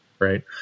right